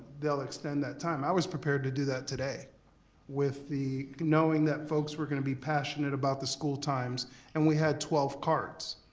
they'll extend that time, i was prepared to do that today with the knowing that folks were gonna be passionate about the school times and we had twelve cards.